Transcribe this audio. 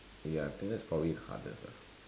ya I think that's probably hardest lah